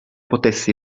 potesse